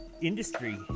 industry